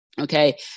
Okay